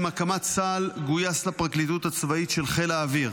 עם הקמת צה"ל גויס לפרקליטות הצבאית של חיל האוויר,